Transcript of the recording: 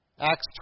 Acts